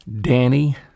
Danny